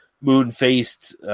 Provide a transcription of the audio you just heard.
moon-faced